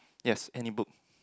yes any book